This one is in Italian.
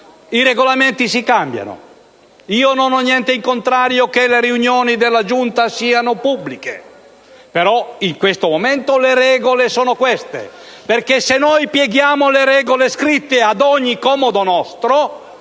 I Regolamenti si cambiano. Io non ho niente in contrario a che le sedute della Giunta siano pubbliche. Però, al momento le regole sono queste. E se noi pieghiamo le regole scritte ad ogni comodo nostro,